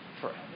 forever